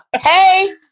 Hey